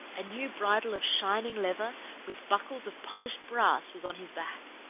a new bridle of shining leather with buckles of polished brass was on his back